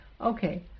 Okay